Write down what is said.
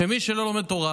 מי שלא לומד תורה